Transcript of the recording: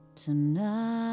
tonight